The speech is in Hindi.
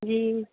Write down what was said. जी